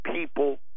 people